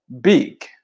big